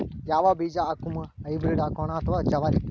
ಯಾವ ಬೀಜ ಹಾಕುಮ, ಹೈಬ್ರಿಡ್ ಹಾಕೋಣ ಅಥವಾ ಜವಾರಿ?